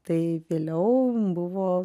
tai vėliau buvo